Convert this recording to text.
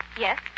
Yes